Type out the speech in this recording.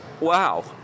wow